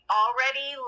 already